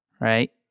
right